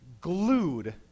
glued